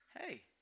Hey